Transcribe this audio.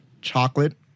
chocolate